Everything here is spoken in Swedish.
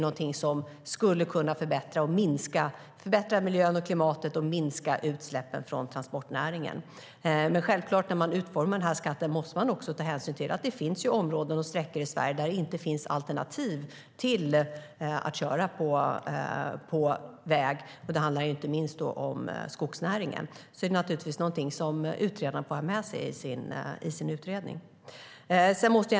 Detta skulle kunna förbättra miljön och klimatet och minska utsläppen från transportnäringen. När man utformar skatten måste man självklart ta hänsyn till att det finns områden och sträckor i Sverige där det inte finns alternativ till att köra på väg. Det handlar inte minst om skogsnäringen, och det får utredaren ha med sig i sin utredning.